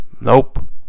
Nope